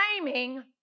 claiming